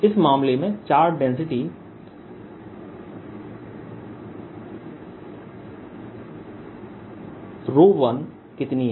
इस मामले में चार्ज डेंसिटी 1 कितनी है